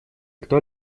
кто